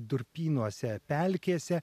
durpynuose pelkėse